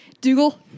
Dougal